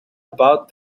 about